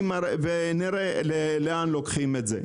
ונראה לאן לוקחים את זה.